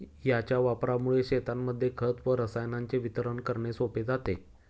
याच्या वापरामुळे शेतांमध्ये खत व रसायनांचे वितरण करणे सोपे जाते